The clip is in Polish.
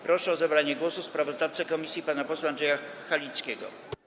Proszę o zabranie głosu sprawozdawcę komisji pana posła Andrzeja Halickiego.